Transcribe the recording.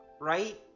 Right